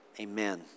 Amen